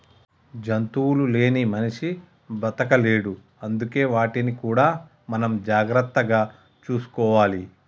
జంతువులు లేని మనిషి బతకలేడు అందుకే వాటిని కూడా మనం జాగ్రత్తగా చూసుకోవాలి